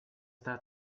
that